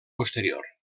posterior